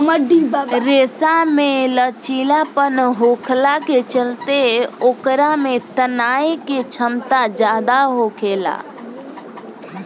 रेशा में लचीलापन होखला के चलते ओकरा में तनाये के क्षमता ज्यादा होखेला